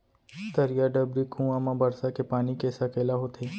तरिया, डबरी, कुँआ म बरसा के पानी के सकेला होथे